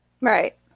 right